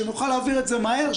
שנוכל להעביר את זה מהר,